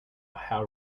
how